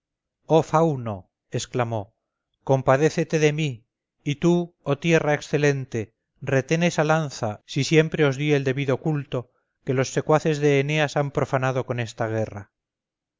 oh fauno exclamó compadécete de mi y tú oh tierra excelente retén esa lanza si siempre os di el debido culto que los secuaces de eneas han profanado con esta guerra